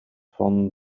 van